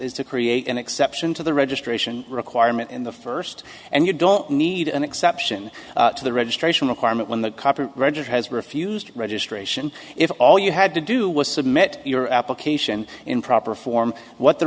is to create an exception to the registration requirement in the first and you don't need an exception to the registration requirement when the register has refused registration if all you had to do was submit your application in proper form what the